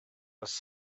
was